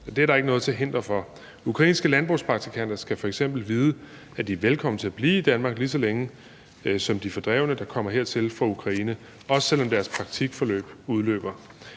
Det er der ikke noget til hinder for. Ukrainske landbrugspraktikanter skal f.eks. vide, at de er velkomne til at blive i Danmark lige så længe som de fordrevne, der kommer hertil fra Ukraine, også selv om deres praktikforløb udløber.